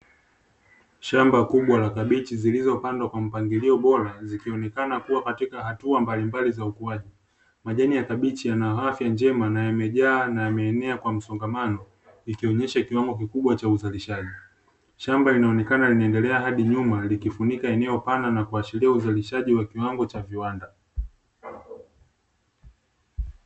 Shamba kubwa la kabichi zilizopandwa kwa mpangilio bora zikionekana kuwa katika hatua mbalimbali za ukuaji. Majani ya kabichi yana afya njema na yamejaa na yameenea kwa msongamano, ikionyesha kiwango kikubwa cha uzalishaji. Shamba linaonekana linaendelea hadi nyuma likifunika eneo pana na kuashiria uzalishaji wa kiwango cha viwanda.